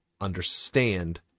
understand